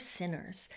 sinners